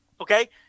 okay